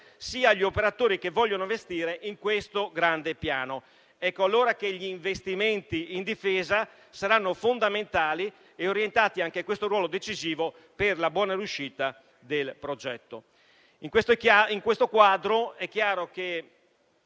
sia agli operatori che vogliono investire in questo grande piano. Ecco allora che gli investimenti in difesa saranno fondamentali e orientati per la buona riuscita del progetto.